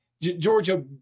Georgia